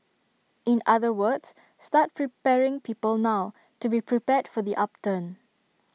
in other words start preparing people now to be prepared for the upturn